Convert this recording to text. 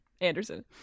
Anderson